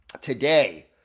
today